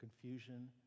confusion